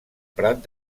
prat